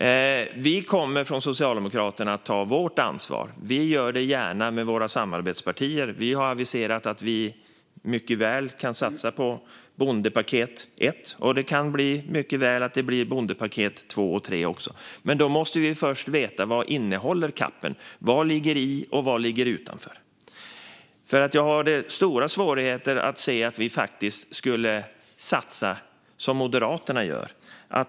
Från Socialdemokraternas sida kommer vi att ta vårt ansvar, och vi gör det gärna med våra samarbetspartier. Vi har aviserat att vi mycket väl kan satsa på bondepaket 1 och att det mycket väl kan bli bondepaket 2 och 3 också - men att vi först måste veta vad CAP:en innehåller. Vad ligger i den, och vad ligger utanför? Jag har nämligen stora svårigheter att se att vi skulle satsa som Moderaterna gör.